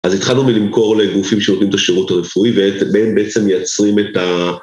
אז התחלנו מלמכור לגופים שיודעים את השירות הרפואי ובהם בעצם מיצרים את ה...